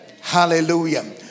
Hallelujah